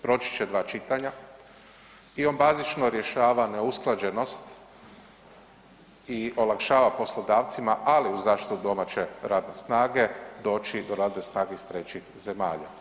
Proći će 2 čitanja i on bazično rješava neusklađenost i olakšava poslodavcima, ali uz zaštitu domaće radne snage, doći do radne snage iz trećih zemalja.